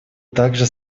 также